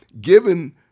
given